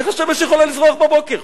איך השמש יכולה לזרוח בבוקר?